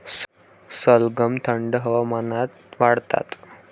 सलगम थंड हवामानात वाढतात